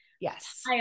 Yes